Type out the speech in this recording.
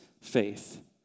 faith